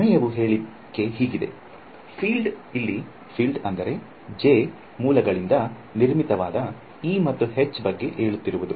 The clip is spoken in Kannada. ಪ್ರಮೇಯದ ಹೇಳಿಕೆ ಕಡೆ ಗಮನ ಹರಿಸೋಣ ಇದು J ಮೂಲಗಳಿಂದ ನಿರ್ಮಿತವಾದ E ಮತ್ತು H ನ ಫೀಲ್ಡ್ ಬಗ್ಗೆ ಹೇಳುತ್ತದೆ